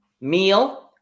meal